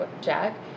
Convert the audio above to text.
Jack